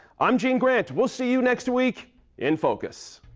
i'm gene grant, we'll see you next week in focus.